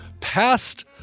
past